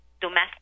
domestic